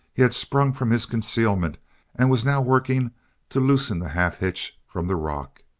he had sprung from his concealment and was now working to loosen the half-hitch from the rock.